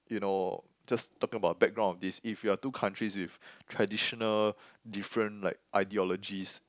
you know just talking about background of this if you're two countries with traditional different like ideologies